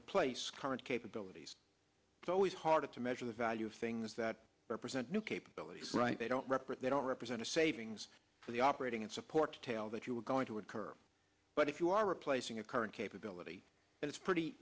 replace current capabilities it's always hard to measure the value of things that represent new capabilities they don't represent don't represent a savings for the operating and support tail that you're going to occur but if you are replacing a current capability it's pretty